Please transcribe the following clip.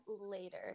later